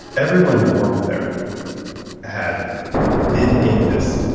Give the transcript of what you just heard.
everyone who worked there had been in this